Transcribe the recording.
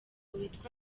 witwa